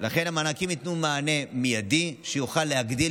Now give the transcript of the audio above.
המענקים ייתנו מענה מיידי שיוכל להגדיל